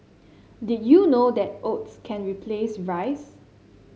did you know that oats can replace rice